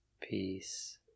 peace